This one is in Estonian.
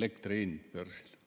elektrihind börsil.